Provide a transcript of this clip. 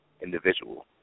individual